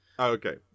Okay